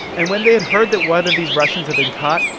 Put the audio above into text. and when they had heard that one of these russians had been caught,